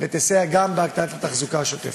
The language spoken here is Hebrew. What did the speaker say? וגם בהקטנת התחזוקה השוטפת.